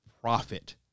profit